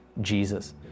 Jesus